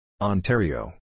Ontario